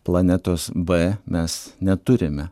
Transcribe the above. planetos b mes neturime